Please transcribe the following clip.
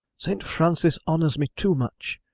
st. francis honours me too much.